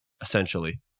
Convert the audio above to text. essentially